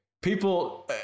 people